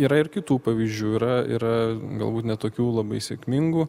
yra ir kitų pavyzdžių yra yra galbūt ne tokių labai sėkmingų